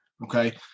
Okay